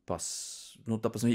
pas nu ta prasme